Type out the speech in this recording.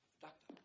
Doctor